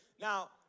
now